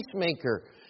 peacemaker